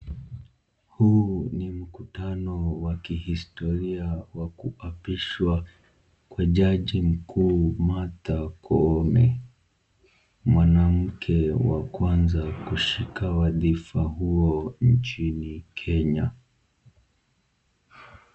Huu ni mkutano wa kihistoria wa kuapishwa kwa jaji mkuu Martha Koome. Mwanamke wa kwanza kushika waadhifa huo nchini Kenya.